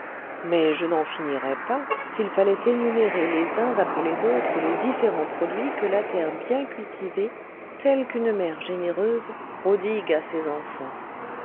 mais je n'en finirais pas s'il fallait énumérer les uns après les autres les différents produits que la terre bien cultivée telle qu'une mère généreuse prodigue à ses enfants